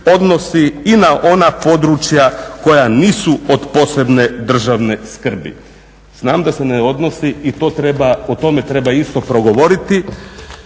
odnosi i na ona područja koja nisu od posebne državne skrbi? Znam da se ne odnosi i o tome treba isto progovoriti